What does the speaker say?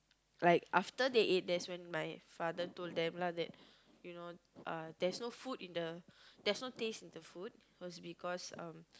like after they eat that's when my father told them lah that you know there's no food in the~ there's no taste in the food cause because um